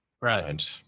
Right